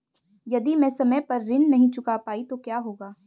यदि मैं समय पर ऋण नहीं चुका पाई तो क्या होगा?